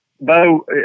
Bo